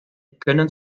können